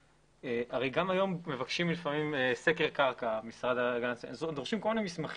הרי גם היום מבקשים לפעמים סקר קרקע ודורשים כל מיני מסמכים.